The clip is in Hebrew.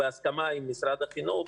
בהסכמה עם משרד החינוך.